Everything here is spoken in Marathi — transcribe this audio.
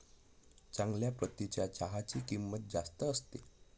चांगल्या प्रतीच्या चहाची किंमत जास्त असते